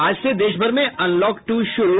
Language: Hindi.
आज से देशभर में अनलॉक टू शुरू